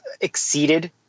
exceeded